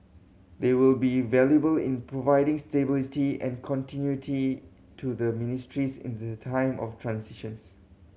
they will be valuable in providing stability and continuity to their ministries in the time of transitions